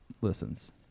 Listens